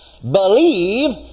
believe